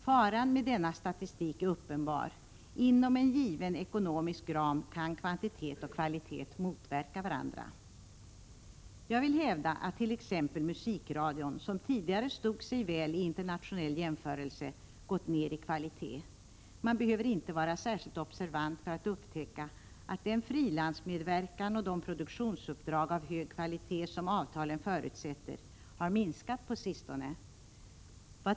Faran med denna statistik är uppenbar; inom en given ekonomisk ram kan kvantitet och kvalitet motverka varandra. Jag vill hävda att t.ex. musikradion, som tidigare stod sig väl i internationell jämförelse, gått ner i kvalitet. Man behöver inte vara särskilt observant för att upptäcka att den frilansmedverkan och de produktionsuppdrag av hög kvalitet som avtalen förutsätter har minskat på sistone.